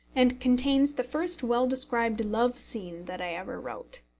and contains the first well-described love-scene that i ever wrote.